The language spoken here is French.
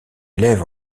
élève